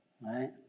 Right